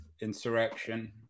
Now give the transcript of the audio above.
insurrection